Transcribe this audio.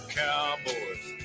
cowboys